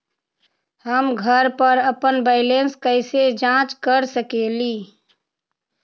हम घर पर अपन बैलेंस कैसे जाँच कर सकेली?